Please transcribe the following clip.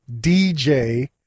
DJ